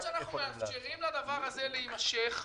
-- לראות שאנחנו מאפשרים לדבר הזה להימשך.